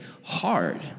hard